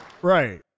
Right